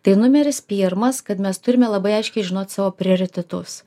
tai numeris pirmas kad mes turime labai aiškiai žinot savo prioritetus